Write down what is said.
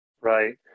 Right